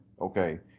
Okay